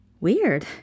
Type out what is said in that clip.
Weird